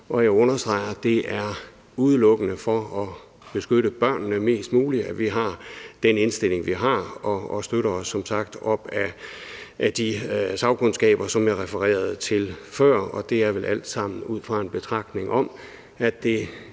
og jeg understreger, at det udelukkende er for at beskytte børnene mest muligt, at vi har den indstilling, vi har. Vi støtter os som sagt til de sagkundskaber, som jeg refererede til før. Det er alt sammen ud fra en betragtning om, at det vel